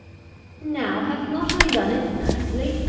now, have not i done it nicely?